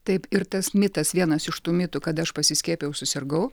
taip ir tas mitas vienas iš tų mitų kad aš pasiskiepijau susirgau